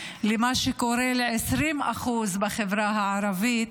למה שקורה ל-20%, בחברה הערבית,